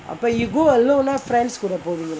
அப்போ:appo you go alone ah friends கூட போவிங்களா:kuda povingalaa